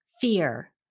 Fear